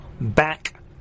back